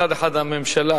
מצד אחד, הממשלה